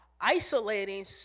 isolating